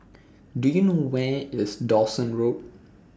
Do YOU know Where IS Dawson Road